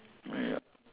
ya